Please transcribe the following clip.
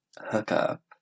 hookup